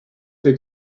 der